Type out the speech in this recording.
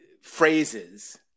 phrases